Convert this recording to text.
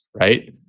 right